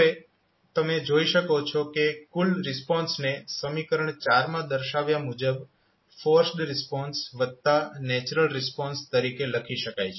હવે તમે જોઈ શકો છો કે કુલ રિસ્પોન્સને સમીકરણ માં દર્શાવ્યા મુજબ ફોર્સ્ડ રિસ્પોન્સ વત્તા નેચરલ રિસ્પોન્સ તરીકે લખી શકાય છે